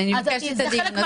אותו.